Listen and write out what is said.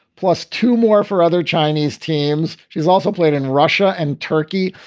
plus two more for other chinese teams. she's also played in russia and turkey.